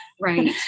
right